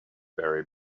barry